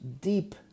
Deep